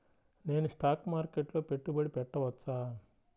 నేను స్టాక్ మార్కెట్లో పెట్టుబడి పెట్టవచ్చా?